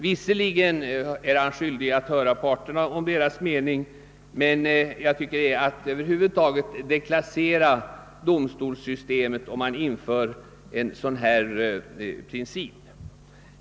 Visserligen är han skyldig att höra parterna om deras mening, men över huvud taget tycker jag att det är att deklassera domstolssystemet om man inför en sådan här regel.